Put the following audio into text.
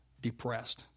depressed